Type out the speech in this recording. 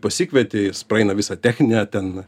pasikvieti praeina visą techninę ten